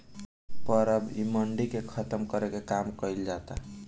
पर अब इ मंडी के खतम करे के काम कइल जाता